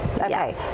Okay